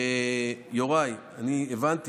יוראי, אני הבנתי.